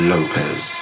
Lopez